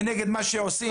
ונגד מה שעושים.